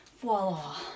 Voila